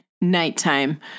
nighttime